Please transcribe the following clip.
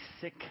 sick